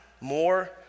more